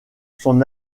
son